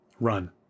Run